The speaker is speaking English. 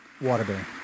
Waterbury